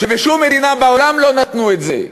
כשבשום מדינה בעולם לא נתנו את זה,